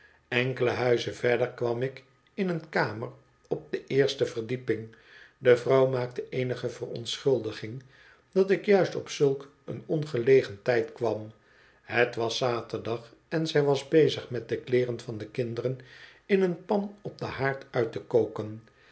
enkele huizen verder kwam ik in een kamer op de oerste verdieping de vrouw maakte eenige verontschuldiging dat ik juist op zulk een ongelegen tijd kwam het was zaterdag en zij was bezig met de kleeren van de kinderen in een pan op den haard uit te koken